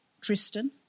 Tristan